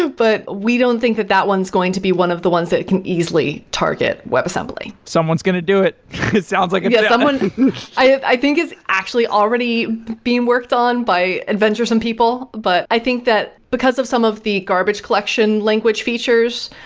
but we don't' think that that one's going to be one of the ones that can easily target web assembly someone's going to do it, it sounds like it's yeah, someone i i think it's actually already been worked on by adventuresome people, but i think that because of some of the garbage collection language features,